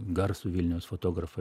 garsų vilniaus fotografą